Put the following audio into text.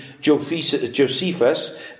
Josephus